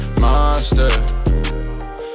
Monster